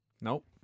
Nope